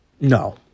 No